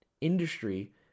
industry